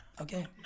Okay